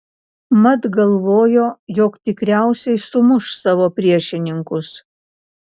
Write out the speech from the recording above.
mat galvojo jog tikriausiai sumuš savo priešininkus